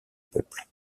peuple